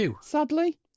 Sadly